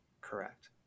correct